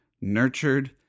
nurtured